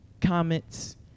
comments